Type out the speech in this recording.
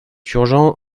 urgent